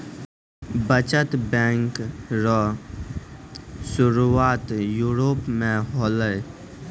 बचत बैंक रो सुरुआत यूरोप मे होलै